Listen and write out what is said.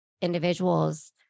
individuals